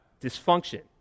dysfunction